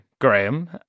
Graham